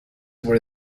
were